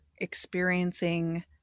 experiencing